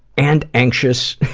and anxious